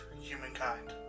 humankind